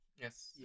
Yes